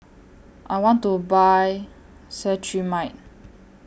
I want to Buy Cetrimide